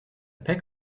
pack